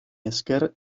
esker